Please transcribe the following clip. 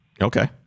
Okay